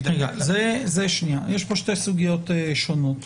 יש פה שתי סוגיות שונות.